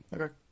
Okay